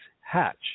hatch